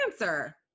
answer